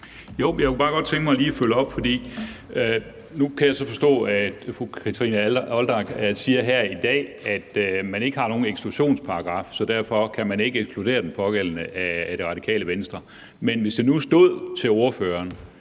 jeg kunne bare godt tænke mig lige at følge op, for nu kan jeg så forstå, at fru Kathrine Olldag siger her i dag, at man ikke har nogen eksklusionsparagraf, så derfor kan man ikke ekskludere den pågældende af Radikale Venstre. Men hvis det nu stod til ordføreren,